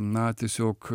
na tiesiog